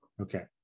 okay